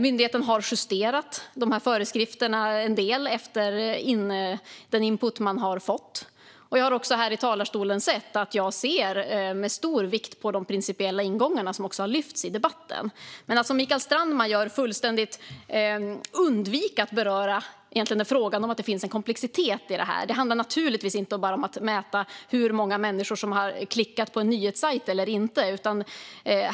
Myndigheten har justerat föreskrifterna en del efter den input man har fått. Jag har också här i talarstolen sagt att jag fäster stor vikt vid de principiella ingångar som har lyfts fram i debatten. Mikael Strandman undviker fullständigt att beröra att det finns en komplexitet i frågan. Det handlar naturligtvis inte bara om att mäta hur många människor som har klickat på en nyhetssajt eller inte.